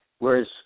Whereas